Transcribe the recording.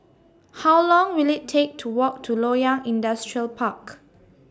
How Long Will IT Take to Walk to Loyang Industrial Park